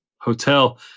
hotel